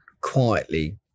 quietly